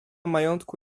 majątku